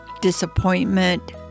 disappointment